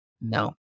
No